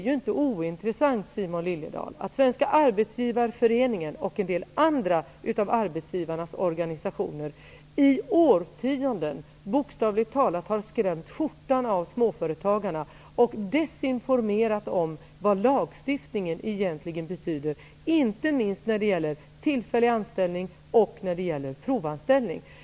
Det är inte ointressant, Simon Liliedahl, att Svenska arbetsgivareföreningen och en del andra av arbetsgivarnas organisationer i årtionden bokstavligt talat har skrämt skjortan av småföretagarna och desinformerat om vad lagstiftningen egentligen betyder, inte minst när det gäller tillfällig anställning och provanställning.